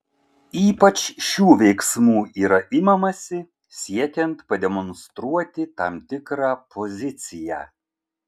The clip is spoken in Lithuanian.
ypač šių veiksmų yra imamasi siekiant pademonstruoti tam tikrą poziciją